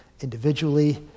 individually